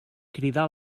cridar